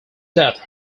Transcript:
death